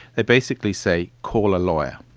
they basically say call a lawyer.